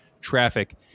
traffic